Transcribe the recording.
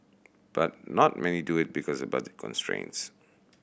but not many do it because of budget constraints